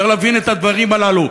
צריך להבין את הדברים הללו.